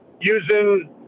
using